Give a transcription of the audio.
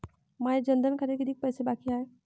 माया जनधन खात्यात कितीक पैसे बाकी हाय?